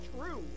true